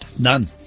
None